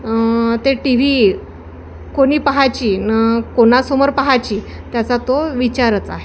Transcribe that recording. ते T V कोणी पाहायची न कोणासमोर पाहायची त्याचा तो विचारच आहे